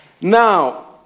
Now